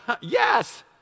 yes